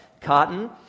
cotton